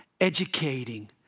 educating